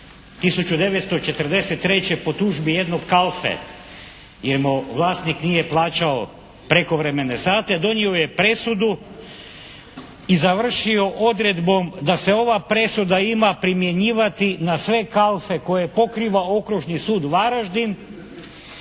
1943. po tužbi jednog kalfe jer mu vlasnik nije plaćao prekovremene sate donio je presudu i završio odredbom da se ova presuda ima primjenjivati na sve kalfe koje pokriva Okružni sud Varaždin,